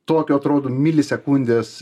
tokio atrodo milisekundės